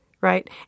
Right